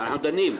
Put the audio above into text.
אנחנו דנים בזה.